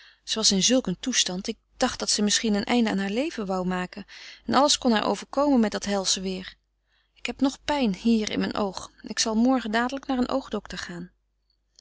in zulk een toestand ik dacht dat ze misschien een einde aan haar leven wou maken en alles kon haar overkomen met dat helsche weêr ik heb nog pijn hier in mijn oog ik zal morgen dadelijk naar een oogdokter gaan